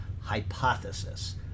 Hypothesis